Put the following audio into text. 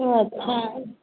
अच्छा